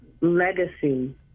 Legacy